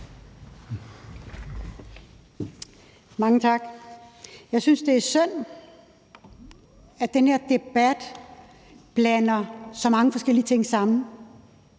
Mange tak. Jeg synes, det er synd, at den her debat blander så mange forskellige ting sammen.